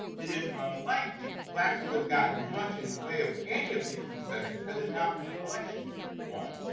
it is unlikely blacks would have gotten much in the way of any of these concessions had it not been an election year, for one.